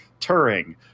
Turing